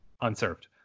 unserved